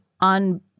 on